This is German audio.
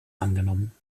angenommen